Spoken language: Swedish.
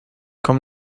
kom